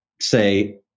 say